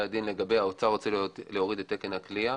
הדין שמשרד האוצר רוצה להוריד את תקן הכליאה.